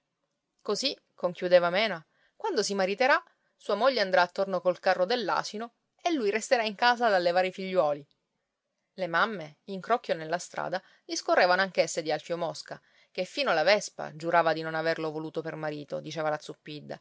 così conchiudeva mena quando si mariterà sua moglie andrà attorno col carro dell'asino e lui resterà in casa ad allevare i figliuoli le mamme in crocchio nella strada discorrevano anch'esse di alfio mosca che fino la vespa giurava di non averlo voluto per marito diceva la